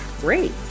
Great